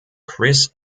chris